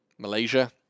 Malaysia